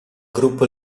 gruppo